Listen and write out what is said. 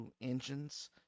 engines